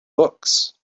books